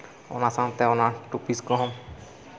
ᱚᱱᱟ ᱥᱟᱶᱛᱮ ᱚᱱᱟ ᱴᱚᱯᱤᱡ ᱠᱚᱦᱚᱸ